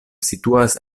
situas